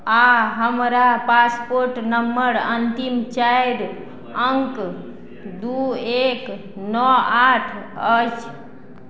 आओर हमरा passport number अन्तिम चारि अङ्क दू एक नओ आठ अछि